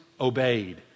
obeyed